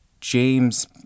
James